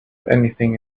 anything